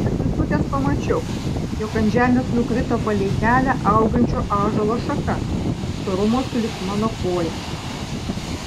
atsisukęs pamačiau jog ant žemės nukrito palei kelią augančio ąžuolo šaka storumo sulig mano koja